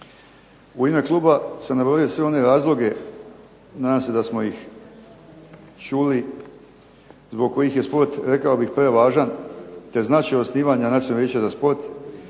U ime kluba sam nabrojio sve one razloge, nadam se da smo ih čuli, zbog kojih je sport rekao bih prevažan te značaj osnivanja nacionalnog vijeća za sport,